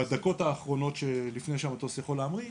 בדקות האחרונות לפני שהמטוס יכול להמריא,